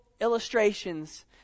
illustrations